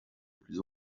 plus